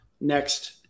next